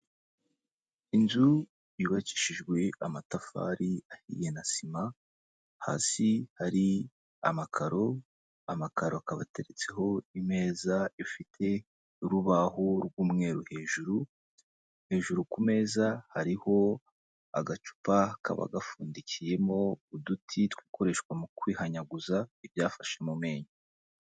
Inzu yubakishijwe amatafari ahiye na sima, hasi hari amakaro, amakaro akaba ateretseho imeza ifite urubaho rw'umweru hejuru, hejuru ku meza hariho agacupa kaba gapfundikiyemo uduti, dukoreshwa mu kwihanyaguza ibyafashe mu menyo.